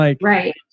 Right